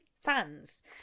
fans